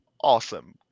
awesome